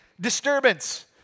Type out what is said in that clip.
disturbance